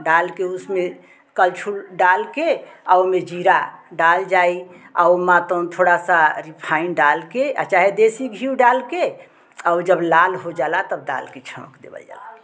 डालकर उसमें कलछुल डालकर और ओमे ज़ीरा डाल जाई ओमा तौन थोड़ा सा रिफाइन डालकर चाहे देसी घियु डालकर और जब लाल हो जाला तब दालकर छौंक देवै जाई